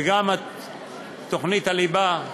וגם תוכנית הליבה,